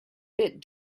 bit